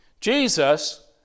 Jesus